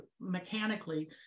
mechanically